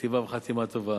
כתיבה וחתימה טובה.